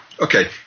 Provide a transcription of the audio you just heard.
okay